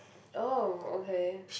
oh okay